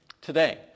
today